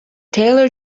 taylor